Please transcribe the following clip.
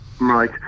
Right